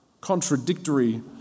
contradictory